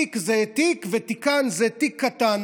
תיק זה תיק ותיקן זה תיק קטן.